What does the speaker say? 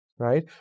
Right